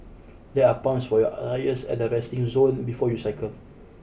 there are pumps for your tyres at the resting zone before you cycle